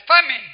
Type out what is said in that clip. famine